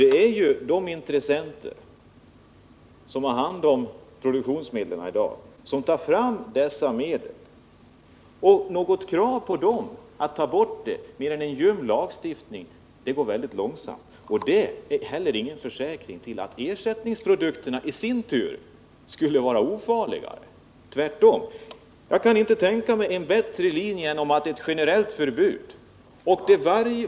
Det är ju de intressenter som har hand om produktionsmedlen i dag som tar fram dessa medel, och ställer man inte krav på dessa intressenter annat än genom en ljum lagstiftning går det väldigt långsamt. Man har då inte heller någon försäkran om att ersättningsprodukterna i sin tur skulle vara ofarliga — tvärtom. Jag kan inte tänka mig en bättre linje än ett generellt förbud.